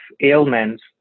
ailments